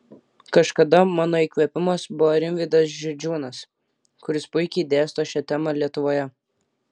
kažkada mano įkvėpimas buvo rimvydas židžiūnas kuris puikiai dėsto šia tema lietuvoje